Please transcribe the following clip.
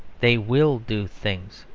they will do things,